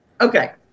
Okay